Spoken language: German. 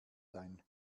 sein